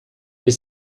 ihr